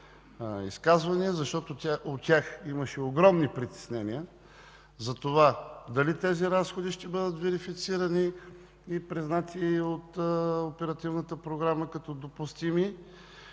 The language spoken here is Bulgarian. изказвания, защото у тях имаше огромни притеснения за това дали тези разходи ще бъдат верифицирани и признати от алтернативната програма като допустими.